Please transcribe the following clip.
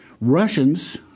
Russians